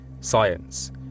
science